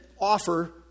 offer